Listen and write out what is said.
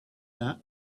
that